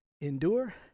endure